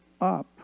up